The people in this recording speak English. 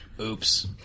Oops